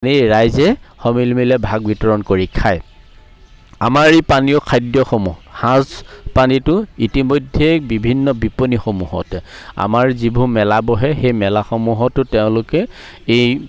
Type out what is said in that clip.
এই ৰাইজে সমিল মিলে ভাগ বিতৰণ কৰি খায় আমাৰ এই পানীয় খাদ্যসমূহ সাঁজ পানীটো ইতিমধ্যে বিভিন্ন বিপণীসমূহত আমাৰ যিবোৰ মেলা বহে সেই মেলাসমূহতো তেওঁলোকে এই